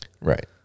Right